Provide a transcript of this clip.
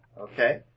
okay